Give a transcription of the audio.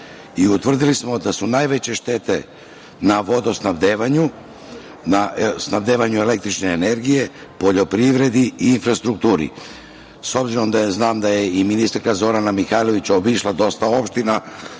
opština. Utvrdili smo da su najveće štete na vodosnabdevanju, snabdevanju električne energije, poljoprivredi i infrastrukturi. S obzirom da znam da je i ministarka Zorana Mihajlović obišla dosta opština,